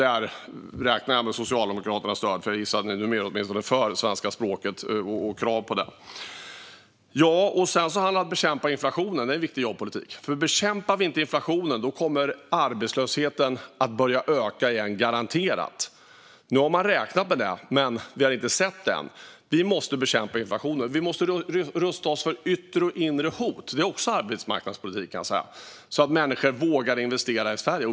Där räknar jag med Socialdemokraternas stöd, för jag gissar att de åtminstone numera är för krav när det gäller svenska språket. Sedan handlar det om att bekämpa inflationen. Det är viktig jobbpolitik. Bekämpar vi inte inflationen kommer arbetslösheten garanterat att börja öka igen. Nu har man räknat med det, men vi har inte sett det än. Vi måste bekämpa inflationen. Vi måste rusta oss för yttre och inre hot. Det är också arbetsmarknadspolitik, kan jag säga. Det handlar om att människor ska våga investera i Sverige.